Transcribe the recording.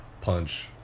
punch